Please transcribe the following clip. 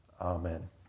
Amen